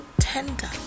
tender